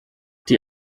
die